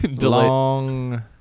Long